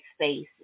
spaces